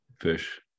fish